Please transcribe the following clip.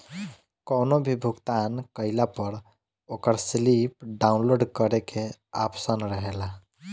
कवनो भी भुगतान कईला पअ ओकर स्लिप डाउनलोड करे के आप्शन रहेला